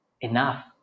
enough